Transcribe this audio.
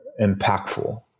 impactful